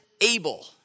able